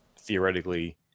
theoretically